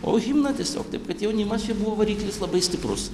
o himną tiesiog taip kad jaunimas čia buvo variklis labai stiprus